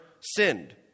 sinned